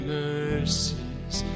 mercies